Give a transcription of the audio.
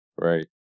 right